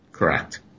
Correct